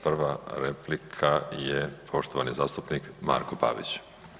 Prva replika je poštovani zastupnik Marko Pavić.